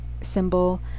symbol